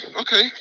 Okay